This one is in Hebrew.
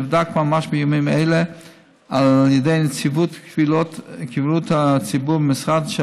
אשר נבדק ממש בימים אלה על ידי נציבות קבילות הציבור במשרד,